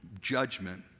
judgment